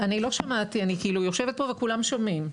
אני לא שמעתי, אני כאילו יושבת פה וכולם שומעים.